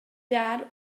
dad